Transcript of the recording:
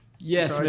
yes,